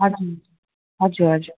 हजुर हजुर हजुर